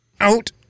out